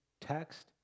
text